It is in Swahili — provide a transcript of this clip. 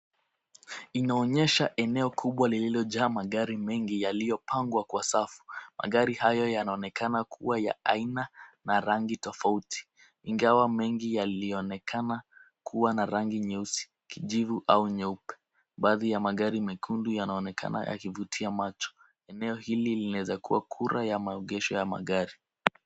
Inaonyesha eneo kubwa lililojaa magari mengi yaliyopangwa kwa safu. Magari hayo yanaonekana kuwa ya aina na rangi tofauti ingawa mengi yalionekana kuwa na rangi nyeusi, kijivu au nyeupe. Baadhi ya magari mekundu yanaonekana yakivutia macho. Eneo hili linaweza kuwa kura ya maogesho ya magari.